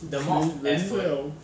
play it really well